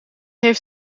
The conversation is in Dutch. heeft